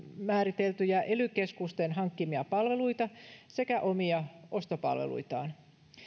määriteltyjä ely keskusten hankkimia palveluita sekä omia ostopalveluitaan